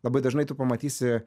labai dažnai tu pamatysi